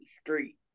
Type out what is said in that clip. street